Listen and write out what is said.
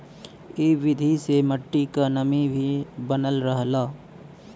इ विधि से मट्टी क नमी भी बनल रहला